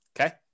Okay